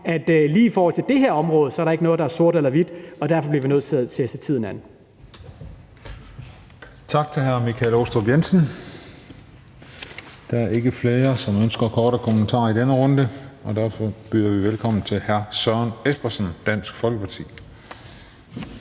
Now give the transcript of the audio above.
at lige i forhold til det her område er der ikke noget, der er sort-hvidt, og derfor bliver vi nødt til at se tiden an. Kl. 18:14 Den fg. formand (Christian Juhl): Tak til hr. Michael Aastrup Jensen. Der er ikke flere, der ønsker ordet for korte bemærkninger i denne runde, og derfor byder vi velkommen til hr. Søren Espersen, Dansk Folkeparti.